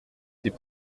c’est